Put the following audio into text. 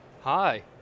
Hi